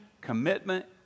commitment